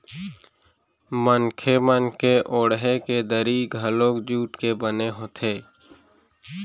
मनखे मन के ओड़हे के दरी घलोक जूट के बने होथे